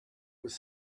was